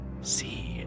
See